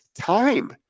time